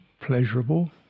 pleasurable